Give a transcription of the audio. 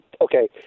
okay